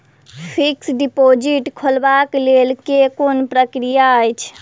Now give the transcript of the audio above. Fixed deposit खोलबाक लेल केँ कुन प्रक्रिया अछि?